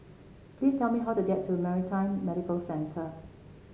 please tell me how to get to Maritime Medical Center